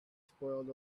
spoiled